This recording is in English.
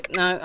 no